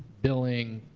billing,